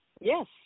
Yes